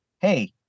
Hey